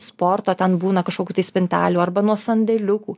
sporto ten būna kažkokių tai spintelių arba nuo sandėliukų